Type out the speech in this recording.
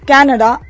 Canada